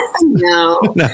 No